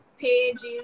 pages